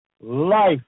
life